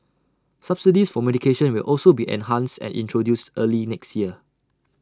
subsidies for medication will also be enhanced and introduced early next year